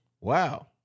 Wow